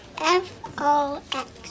F-O-X